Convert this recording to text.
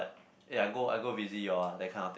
ya I go I go visit you all ah that kind of thing